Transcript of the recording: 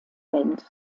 band